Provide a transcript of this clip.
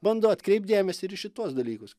bando atkreipt dėmesį ir į šituos dalykus